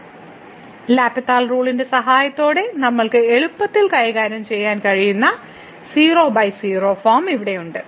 L hospital റൂളിന്റെ സഹായത്തോടെ നമ്മൾക്ക് എളുപ്പത്തിൽ കൈകാര്യം ചെയ്യാൻ കഴിയുന്ന 00 ഫോം ഇവിടെയുണ്ട്